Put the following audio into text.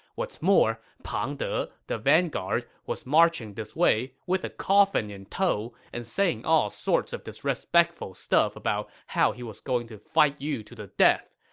what's more, pang de, the vanguard, was marching this way with a coffin in tow and saying all sorts of disrespectful stuff about how he was going to fight you to the death.